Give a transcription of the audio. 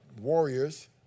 warriors